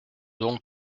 donc